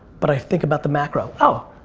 but i think about the macro. oh,